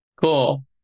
Cool